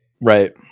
right